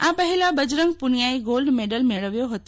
આ પહેલા બજરંગ પુનિયાએ ગોલ્ડ મેડલ મેળવ્યો હતો